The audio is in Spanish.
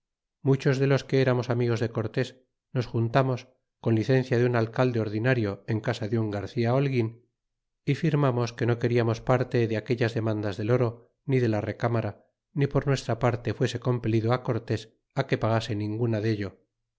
muchos de los que eramos amigos de cortés nos juntamos con licencia de un alcalde ordinario en casa de un garcía holguin y firmamos que no queriamos parte de aquellas demandas del oro ni de la recámara ni por nuestra parte fuese compelido cortés á que pagase ninguna dello